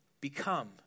become